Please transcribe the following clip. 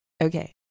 Okay